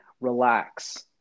Relax